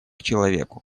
человеку